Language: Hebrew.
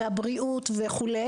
מהבריאות וכו'.